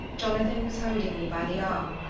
jonathan was holding me by the arm,